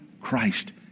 Christ